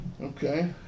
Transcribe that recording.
Okay